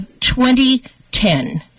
2010